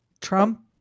Trump